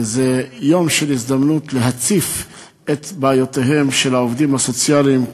זה יום של הזדמנות להציף את בעיותיהם של העובדים הסוציאליים.